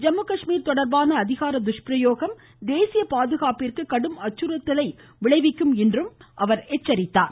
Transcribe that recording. ஜம்மு காஷ்மீர் தொடர்பான அதிகார துஷ்பிரயோகம் தேசிய பாதுகாப்பிற்கு கடும் அச்சுறுத்தலை விளைவிக்கும் என்றும் அவர் எச்சரித்துள்ளார்